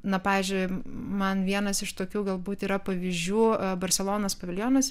na pavyzdžiui man vienas iš tokių galbūt yra pavyzdžių barselonos paviljonas